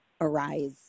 arise